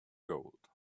gold